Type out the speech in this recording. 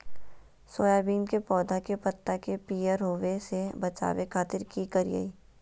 Soybean के पौधा के पत्ता के पियर होबे से बचावे खातिर की करिअई?